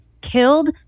killed